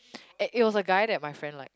and it was a guy that my friend like